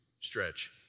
stretch